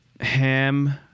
ham